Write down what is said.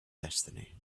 destiny